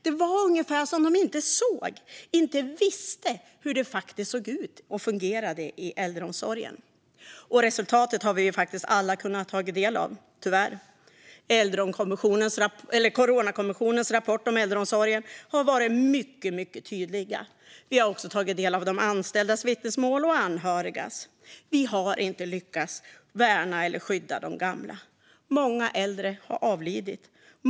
Det var ungefär som om de inte såg, inte visste, hur det faktiskt såg ut och fungerade i äldreomsorgen. Resultatet har vi alla kunnat ta del av, tyvärr. Coronakommissionens rapport om äldreomsorgen har varit mycket tydlig. Vi har också tagit del av anställdas och anhörigas vittnesmål. Vi har inte lyckats värna och skydda de gamla. Många äldre har avlidit.